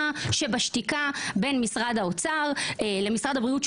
שבשתיקה בין משרד האוצר למשרד הבריאות,